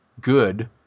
good